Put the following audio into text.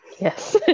Yes